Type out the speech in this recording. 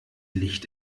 licht